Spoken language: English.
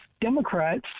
Democrats